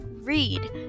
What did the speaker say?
read